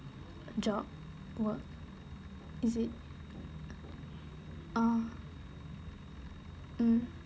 job work is it oh mmhmm